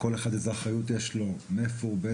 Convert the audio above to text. בנוגע למה היא האחריות של כל אחד מהצדדים ומאיפה כל